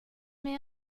met